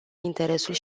interesul